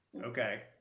Okay